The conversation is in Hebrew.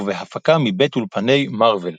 ובהפקה מבית אולפני מארוול.